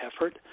effort